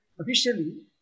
officially